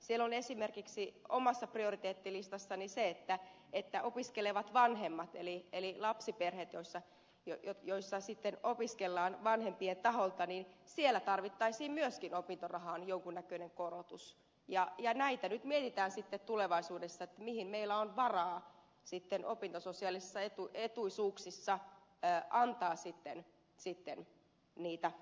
siellä on esimerkiksi omassa prioriteettilistassani se että opiskelevat vanhemmat eli lapsiperheet joissa opiskellaan vanhempien taholta tarvitsisivat myöskin opintorahaan jonkun näköisen korotuksen ja näitä nyt mietitään sitten tulevaisuudessa mihin meillä on varaa opintososiaalisissa etuisuuksissa antaa niitä porkkanoita